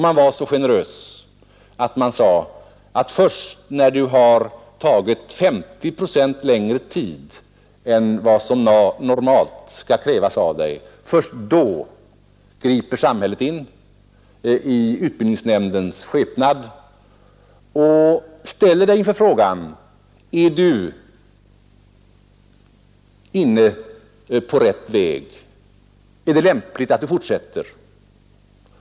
Man var så generös att man sade att först när du har tagit 50 procent längre tid på dig än normalt griper samhället in i utbildningsnämndens skepnad och ställer dig inför frågan: Är du inne på rätt väg, är det lämpligt att du fortsätter?